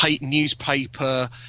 newspaper